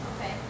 Okay